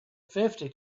fifty